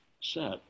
set